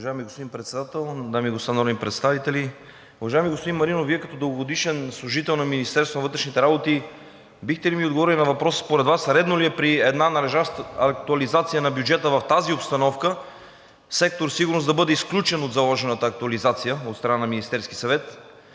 Уважаеми господин Председател, дами и господа народни представители. Уважаеми господин Маринов, Вие като дългогодишен служител на Министерство на вътрешните работи бихте ли ми отговорили на въпроса: според Вас редно ли е при една належаща актуализация на бюджета в тази обстановка сектор „Сигурност“ да бъде изключен от заложената актуализация от страна на Министерския съвет?